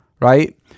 right